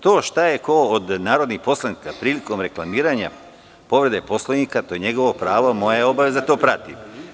To šta je ko od narodnih poslanika prilikom reklamiranja povrede Poslovnika rekao, to je njegovo pravo, a moja obaveza je da to pratim.